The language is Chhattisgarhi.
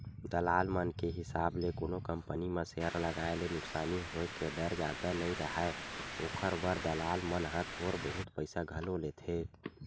दलाल मन के हिसाब ले कोनो कंपनी म सेयर लगाए ले नुकसानी होय के डर जादा नइ राहय, ओखर बर दलाल मन ह थोर बहुत पइसा घलो लेथें